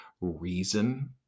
reason